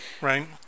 right